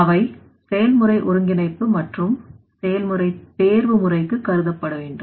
அவை செயல்முறை ஒருங்கிணைப்பு மற்றும் செயல்முறை தேர்வுமுறைக்கு கருதப்பட வேண்டும்